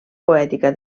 poètica